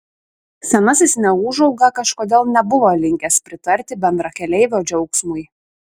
senasis neūžauga kažkodėl nebuvo linkęs pritarti bendrakeleivio džiaugsmui